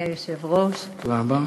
אדוני היושב-ראש, תודה רבה.